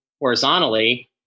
horizontally